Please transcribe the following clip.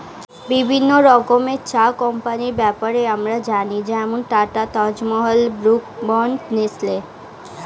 বিভিন্ন রকমের চা কোম্পানির ব্যাপারে আমরা জানি যেমন Tata, Taj Mahal, Brooke Bond, Nestle